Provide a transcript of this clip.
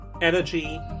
Energy